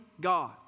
God